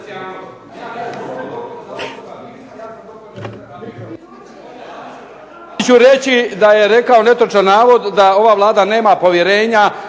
Hvala